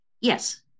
Yes